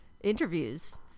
interviews